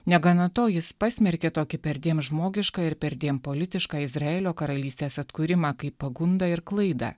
negana to jis pasmerkė tokį perdėm žmogiška ir perdėm politiška izraelio karalystės atkūrimą kaip pagundą ir klaidą